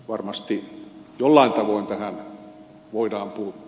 varmasti jollain tavoin tähän voidaan puuttua